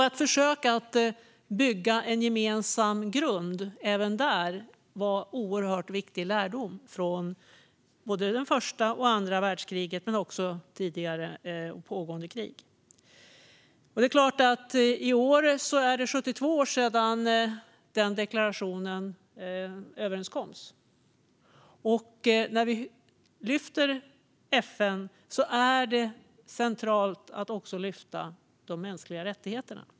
Att försöka bygga en gemensam grund även där var oerhört viktigt. Det var en lärdom från första och andra världskrigen och från andra krig, tidigare och pågående. I år är det 72 år sedan man enades om den deklarationen. När vi lyfter fram FN är det centralt att också lyfta fram de mänskliga rättigheterna.